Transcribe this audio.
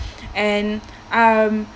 and um